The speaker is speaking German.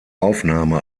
aufnahme